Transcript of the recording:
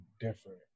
different